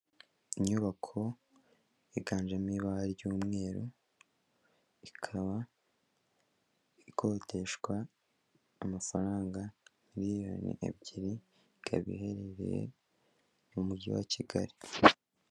Inyubako yiganjemo ibara ry'umweru, ikaba ikodeshwa amafaranga miriyoni ebyiri, ikaba iherereye mu mujyi wa Kigali.